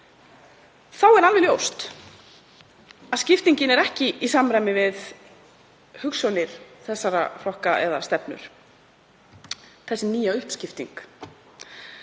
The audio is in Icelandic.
Þá er alveg ljóst að skiptingin er ekki í samræmi við hugsjónir þessara flokka eða stefnur, þessi nýja uppskipting.